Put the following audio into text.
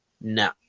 No